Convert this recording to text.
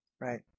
Right